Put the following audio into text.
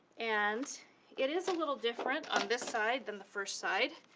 and it is a little different on this side than the first side.